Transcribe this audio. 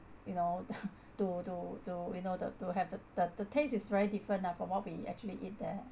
you know to to to you know the to have the the the taste is very different lah from what we actually eat there